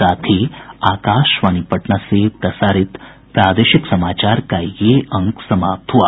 इसके साथ ही आकाशवाणी पटना से प्रसारित प्रादेशिक समाचार का ये अंक समाप्त हुआ